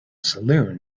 saloon